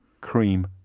cream